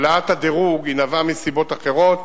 העלאת הדירוג נבעה מסיבות אחרות,